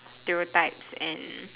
stereotypes and